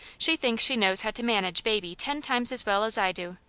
she thinks she knows how to manage baby ten times as well as i do.